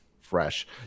fresh